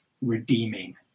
redeeming